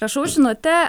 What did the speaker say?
rašau žinutę